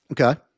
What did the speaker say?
Okay